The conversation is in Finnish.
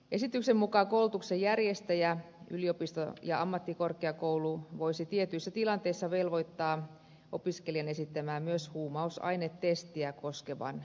esityksen mukaan koulutuksen järjestäjä yliopisto ja ammattikorkeakoulu voisi tietyissä tilanteissa velvoittaa opiskelijan esittämään myös huumausainetestiä koskevan todistuksen